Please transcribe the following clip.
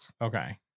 Okay